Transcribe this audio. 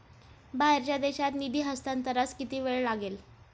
बाहेरच्या देशात निधी हस्तांतरणास किती वेळ लागेल?